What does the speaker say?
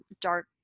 dark